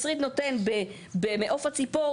התשריט נותן במעוף הציפור,